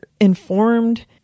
informed